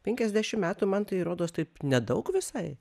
penkiasdešim metų man tai rodos taip nedaug visai